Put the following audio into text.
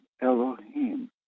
Elohim